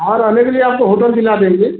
हाँ रहने के लिए आपको होटल दिला देंगे